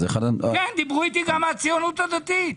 דיברו איתי גם מן הציונות הדתית.